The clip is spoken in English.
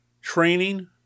training